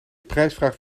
prijsvraag